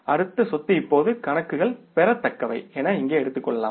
அடுத்த சொத்து இப்போது கணக்குகள் பெறத்தக்கவை என இங்கே எடுத்துக்கொள்வோம்